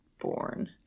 born